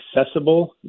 accessible